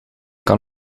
kan